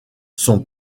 son